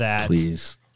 Please